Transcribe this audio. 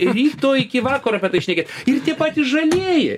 ryto iki vakaro apie tai šnekėt ir tie patys žalieji